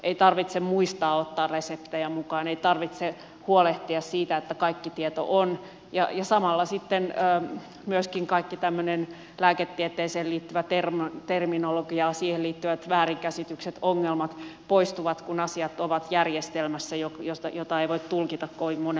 ei tarvitse muistaa ottaa reseptejä mukaan ei tarvitse huolehtia siitä että kaikki tieto on ja samalla sitten myöskin kaikki tämmöinen lääketieteeseen liittyvä terminologia siihen liittyvät väärinkäsitykset ja ongelmat poistuvat kun asiat ovat järjestelmässä jota ei voi tulkita kovin monella tavalla